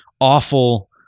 awful